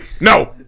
No